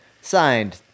Signed